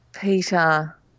Peter